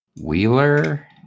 Wheeler